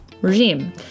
regime